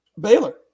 Baylor